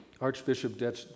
Archbishop